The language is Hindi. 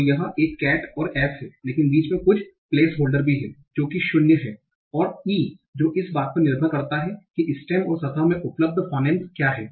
तो एक केट और s हैं लेकिन बीच में कुछ प्लेसहोल्डर भी है जो कि शून्य है और e जो इस बात पर निर्भर करता है कि स्टेम और सतह में उपलब्ध फोनेमेस क्या हैं